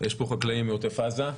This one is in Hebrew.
יש פה חקלאים מעוטף עזה,